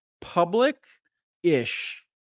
public-ish